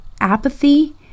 apathy